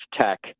tech